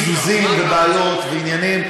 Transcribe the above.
עם קיזוזים ובעיות ועניינים,